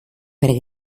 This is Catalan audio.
per